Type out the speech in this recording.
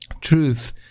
Truth